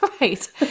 Right